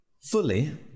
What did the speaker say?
fully